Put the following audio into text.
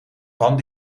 pan